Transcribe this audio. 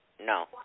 No